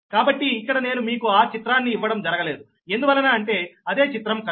కాబట్టి ఇక్కడ నేను మీకు ఆ చిత్రాన్ని ఇవ్వడం జరగలేదు ఎందువలన అంటే అదే చిత్రం కనుక